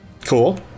Cool